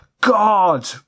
God